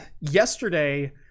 Yesterday